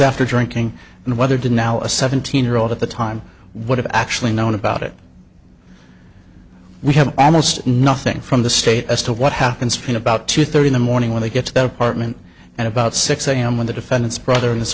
after drinking and whether to now a seventeen year old at the time what have actually known about it we have almost nothing from the state as to what happened in about two thirty in the morning when they get to their apartment at about six am when the defendant's brother and his